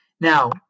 Now